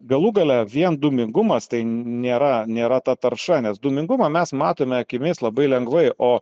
galų gale vien dūmingumas tai nėra nėra ta tarša nes dūmingumą mes matome akimis labai lengvai o